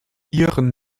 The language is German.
iren